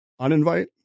Uninvite